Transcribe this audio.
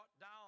down